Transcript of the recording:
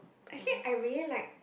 actually I really like